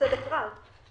בצדק רב,